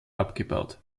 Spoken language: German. abgebaut